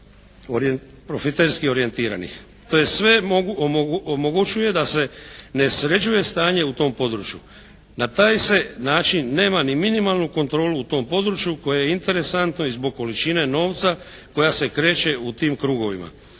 To sve omogućuje da se ne sređuje stanje u tom području. Na taj se način nema ni minimalnu kontrolu u tom području koje je interesantno i zbog količine novca koja se kreće u tim krugovima.